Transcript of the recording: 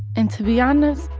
and to be honest,